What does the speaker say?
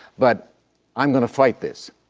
but i'm going to fight this.